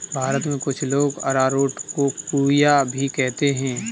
भारत में कुछ लोग अरारोट को कूया भी कहते हैं